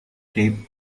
shape